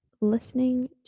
listening